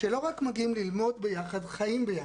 שלא רק מגיעים ללמוד ביחד אלא חיים ביחד.